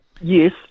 yes